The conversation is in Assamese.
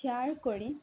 শ্বেয়াৰ কৰি